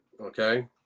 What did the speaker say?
okay